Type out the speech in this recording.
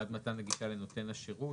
בעד מתן הגישה לנותן השירות".